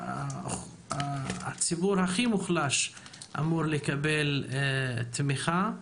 הציבור הכי מוחלש אמור לקבל תמיכה.